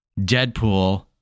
Deadpool